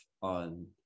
on